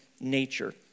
nature